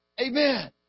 Amen